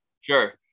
Sure